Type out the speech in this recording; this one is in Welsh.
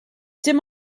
dim